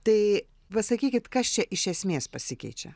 tai pasakykit kas čia iš esmės pasikeičia